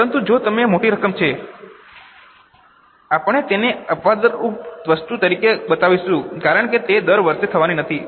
પરંતુ જો તે મોટી રકમ છે આપણે તેને અપવાદરૂપ વસ્તુ તરીકે બતાવીશું કારણ કે તે દર વર્ષે થવાનું નથી